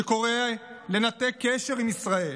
שקורא לנתק קשר עם ישראל,